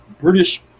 British